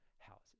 houses